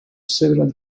several